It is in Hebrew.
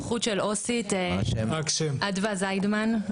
שמי אדווה זיידמן.